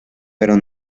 pero